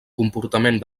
comportament